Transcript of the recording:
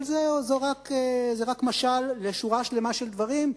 אבל זה רק משל לשורה שלמה של דברים,